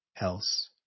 else